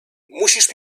musisz